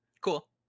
Cool